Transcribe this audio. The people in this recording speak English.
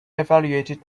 evaluated